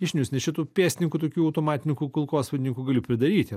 nišinius nes čia tų pėstininkų tokių automatinių kulkosvaidininkų gali pridaryti